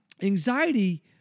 anxiety